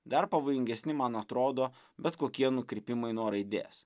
dar pavojingesni man atrodo bet kokie nukrypimai nuo raidės